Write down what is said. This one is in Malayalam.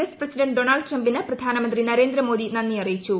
എസ് പ്രസിഡന്റ് ഡൊണൾഡ് ട്രംപിന് പ്രധാനമന്ത്രി നരേന്ദ്രമോദി നന്ദി അറിയിച്ചു